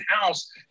house